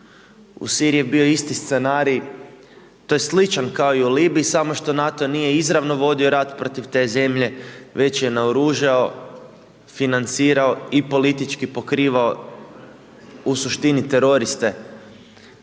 U Siriji je bio isti scenarij, tj. sličan kao i u Libiji samo što NATO nije izravno vodio rat protiv te zemlje, već je naoružao, financirao i politički pokrivao u suštini teroriste